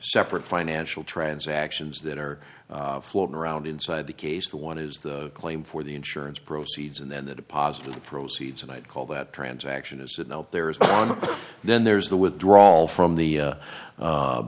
separate financial transactions that are floating around inside the case the one is the claim for the insurance proceeds and then the deposit of the proceeds and i'd call that transaction is that there is then there's the withdrawal from the